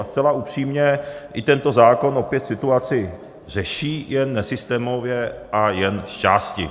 A zcela upřímně i tento zákon opět situaci řeší jen nesystémově a jen zčásti.